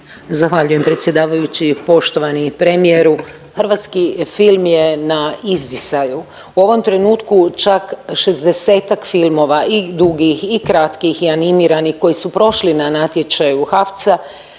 Zahvaljujem predsjedavajući. Poštovani premijeru hrvatski film je na izdisaju. U ovom trenutku čak 60-tak filmova i dugih i kratkih i animirani koji su prošli na natječaju HAVC-a